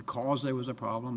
because there was a problem